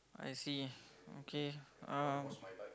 I see okay um